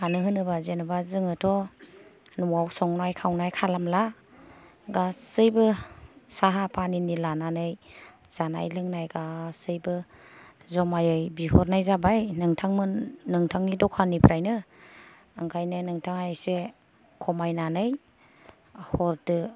मानो होनोबा जेन'बा जोङोथ' न'आव संनाय खावनाय खालामला गासैबो साहा फानिनि लानानै जानाय लोंनाय गासैबो जमायै बिहरनाय जाबाय नोंथांमोन नोंथांनि दखाननिफ्रायनो ओंखायनो नोंथाङा एसे खामायनानै हरदो